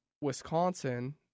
Wisconsin